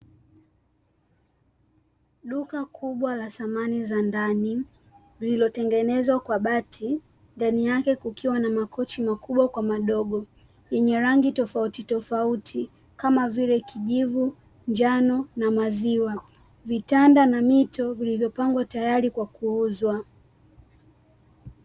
Duka kubwa la samani za ndani, lililotengenezwa kwa bati. Ndani yake kukiwa na makochi makubwa kwa madogo yenye rangi tofauti tofauti, kama vile kijivu, njano na maziwa; vitanda na mito vilivyopangwa tayari kwa kuuzwa.